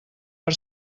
per